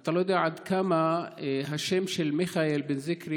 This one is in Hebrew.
אתה לא יודע עד כמה השם של מיכאל בן זיקרי